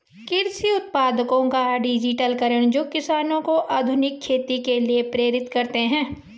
कृषि उत्पादों का डिजिटलीकरण जो किसानों को आधुनिक खेती के लिए प्रेरित करते है